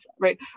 Right